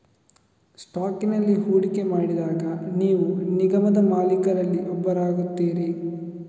ಸ್ಟಾಕಿನಲ್ಲಿ ಹೂಡಿಕೆ ಮಾಡಿದಾಗ ನೀವು ನಿಗಮದ ಮಾಲೀಕರಲ್ಲಿ ಒಬ್ಬರಾಗುತ್ತೀರಿ